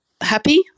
happy